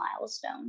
milestone